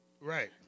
right